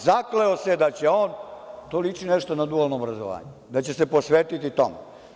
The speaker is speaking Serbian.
Zakleo se da će on, to liči nešto na dualno obrazovanje, da će se posvetiti tome.